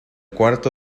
cuarto